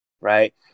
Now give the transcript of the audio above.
right